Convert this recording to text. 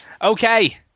Okay